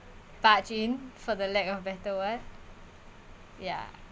bargain for the lack of better word ya